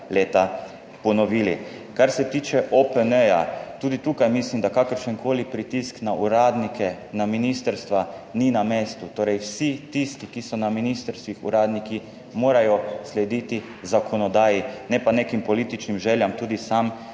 leta ponovili. Kar se tiče OPN. Tudi tukaj mislim, da kakršenkoli pritisk na uradnike, na ministrstva ni na mestu torej vsi tisti, ki so na ministrstvih, uradniki, morajo slediti zakonodaji, ne pa nekim političnim željam. Tudi sam